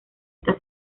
estar